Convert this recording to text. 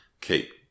keep